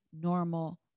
normal